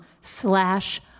slash